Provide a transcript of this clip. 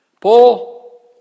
Paul